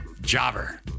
Jobber